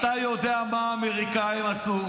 אתה יודע מה האמריקאים עשו.